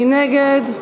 מי נגד?